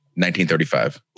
1935